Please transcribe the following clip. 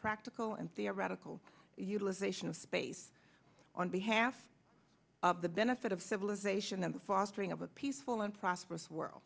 practical and theoretical utilization of space on behalf of the benefit of civilization and the fostering of a peaceful and prosperous world